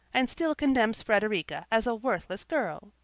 and still condemns frederica as a worthless girl!